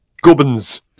gubbins